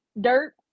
dirt